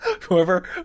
Whoever